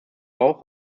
auch